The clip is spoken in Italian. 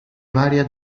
varia